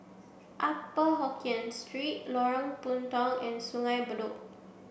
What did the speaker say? Upper Hokkien Street Lorong Puntong and Sungei Bedok